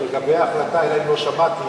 אלא אם לא שמעתי,